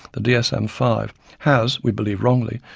the dsm five, has, we believe wrongly,